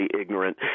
ignorant